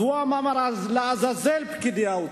אז הוא אמר: לעזאזל פקידי האוצר,